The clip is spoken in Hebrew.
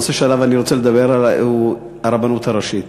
הנושא שעליו אני רוצה לדבר הוא הרבנות הראשית.